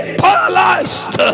paralyzed